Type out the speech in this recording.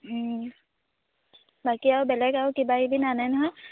বাকী আৰু বেলেগ আৰু কিবা কিবি নানে নহয়